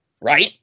right